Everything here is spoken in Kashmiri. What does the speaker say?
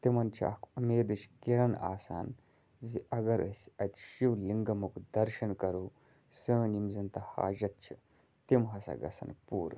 تِمَن چھِ اَکھ اُمیدٕچۍ کِرَن آسان زِ اگر أسۍ اَتہِ شِوولِنٛگَمُک دَرشَن کَرو سٲنۍ یِم زَن تہِ حاجت چھِ تِم ہسا گژھیٚن پوٗرٕ